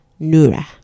Nura